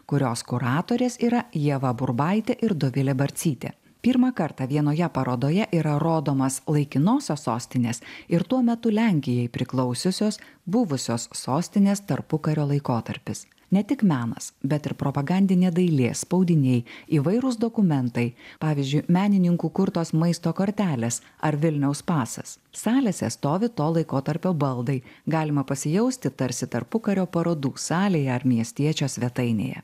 kurios kuratorės yra ieva burbaitė ir dovilė barcytė pirmą kartą vienoje parodoje yra rodomas laikinosios sostinės ir tuo metu lenkijai priklausiusios buvusios sostinės tarpukario laikotarpis ne tik menas bet ir propagandinė dailė spaudiniai įvairūs dokumentai pavyzdžiui menininkų kurtos maisto kortelės ar vilniaus pasas salėse stovi to laikotarpio baldai galima pasijausti tarsi tarpukario parodų salėje ar miestiečio svetainėje